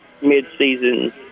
mid-season